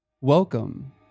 welcome